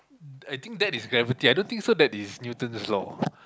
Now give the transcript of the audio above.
I think that is gravity I don't think so that is Newton's Law